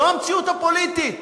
זו המציאות הפוליטית.